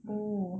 嗯